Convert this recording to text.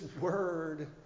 word